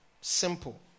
Simple